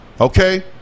Okay